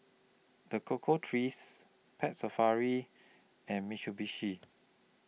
The Cocoa Trees Pet Safari and Mitsubishi